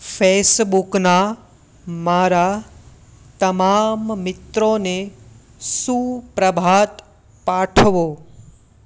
ફેસબુકના મારા તમામ મિત્રોને સુપ્રભાત પાઠવો